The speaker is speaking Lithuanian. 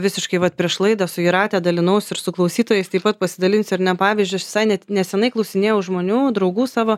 visiškai vat prieš laidą su jūrate dalinausi ir su klausytojais taip pat pasidalinsiu ar ne pavyzdžius visai net nesenai klausinėjau žmonių draugų savo